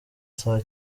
saa